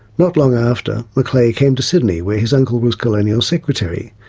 not long after, macleay came to sydney, where his uncle was colonial secretary.